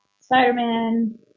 Spider-Man